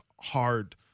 hard